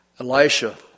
Elisha